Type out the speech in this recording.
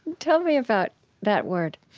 tell me about that word.